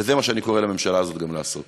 וזה מה שאני קורא לממשלה הזאת גם לעשות.